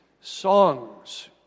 songs